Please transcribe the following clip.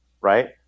Right